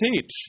teach